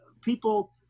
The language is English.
people